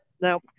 now